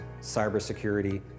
cybersecurity